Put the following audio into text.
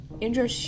Indra